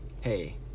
hey